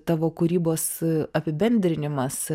tavo kūrybos apibendrinimas